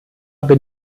bin